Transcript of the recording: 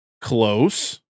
Close